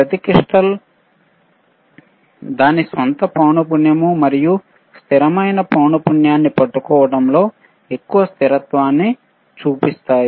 ప్రతి స్పటికం దాని స్వంత పౌనపున్యం మరియు స్థిరమైన పౌనపున్యాన్ని పట్టుకోవడంలో ఎక్కువ స్థిరత్వాన్ని సూచిస్తుంది